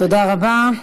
תודה רבה.